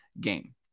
game